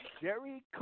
Jerry